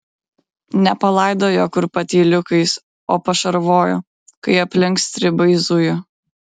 ne palaidojo kur patyliukais o pašarvojo kai aplink stribai zujo